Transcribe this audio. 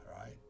right